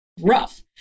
rough